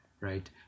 right